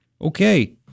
Okay